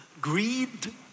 greed